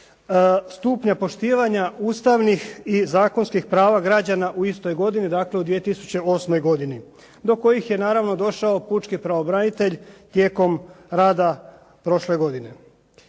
stupnja poštivanja ustavnih i zakonskih prava građana u istoj godini, dakle u 2008. godini do kojih je naravno došao pučki pravobranitelj tijekom rada prošle godine.